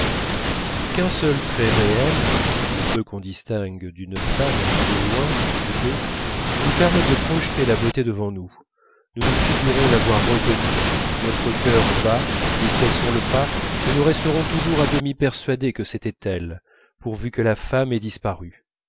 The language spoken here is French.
qu'un seul trait réel le peu qu'on distingue d'une femme vue de loin ou de dos nous permette de projeter la beauté devant nous nous nous figurons l'avoir reconnue notre cœur bat nous pressons le pas et nous resterons toujours à demi persuadés que c'était elle pourvu que la femme ait disparu